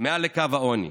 מעל לקו העוני.